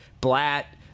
Blatt